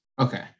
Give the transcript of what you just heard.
Okay